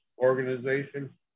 organization